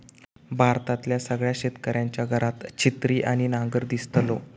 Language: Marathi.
भारतातल्या सगळ्या शेतकऱ्यांच्या घरात छिन्नी आणि नांगर दिसतलो